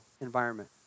environment